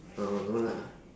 oh no lah